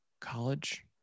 college